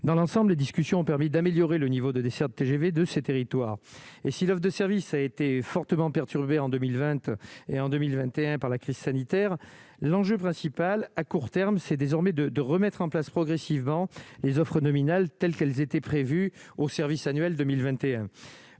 dans l'ensemble, les discussions ont permis d'améliorer le niveau de desserte TGV de ces territoires. Et si l'oeuf de service a été fortement perturbé en 2020 et en 2021 par la crise sanitaire, l'enjeu principal à court terme, c'est désormais de remettre en place progressivement les offres nominales, telles qu'elles étaient prévues au service annuel 2021